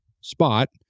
spot